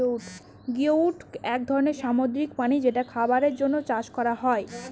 geoduck এক ধরনের সামুদ্রিক প্রাণী যেটা খাবারের জন্য চাষ করা হয়